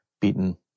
beaten